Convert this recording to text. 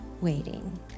waiting